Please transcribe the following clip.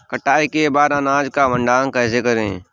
कटाई के बाद अनाज का भंडारण कैसे करें?